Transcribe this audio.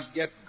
get